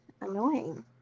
annoying